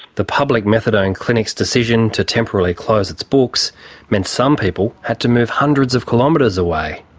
the public methadone clinic's decision to temporarily close its books meant some people had to move hundreds of kilometres away.